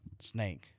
snake